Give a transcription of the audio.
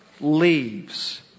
leaves